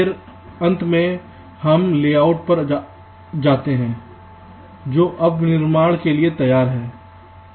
फिर अंत में हम लेआउट पर जाते हैं जो अब निर्माण के लिए तैयार है